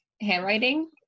handwriting